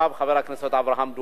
חבר הכנסת אברהם דואן.